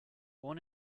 born